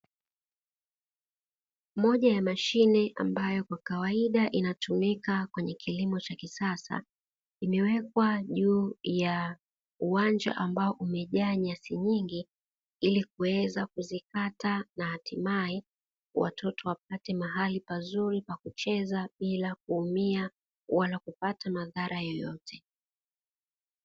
Moja ya mashine ambayo kwa kawaida inatumika kwenye kilimo cha kisasa, imewekwa juu ya uwanja ambao umejaa nyasi nyingi ili kuweza kuzikata na hatimae watoto wapate mahali pazuri pa kucheza bila kuumia wala kupata madhara yeyote.